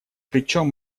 причем